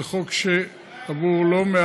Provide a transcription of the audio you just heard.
זה חוק, אולי,